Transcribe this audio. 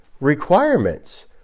requirements